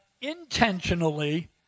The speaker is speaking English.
intentionally